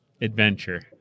adventure